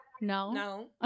No